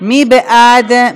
מי בעד?